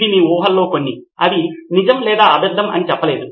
ఇవి మీ ఊహల్లో కొన్ని అవి నిజం లేదా అబద్ధం అని చెప్పలేదు